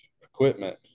equipment